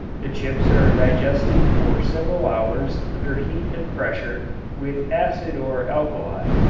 the chips are digested for several hours under heat and pressure with acid or alkali.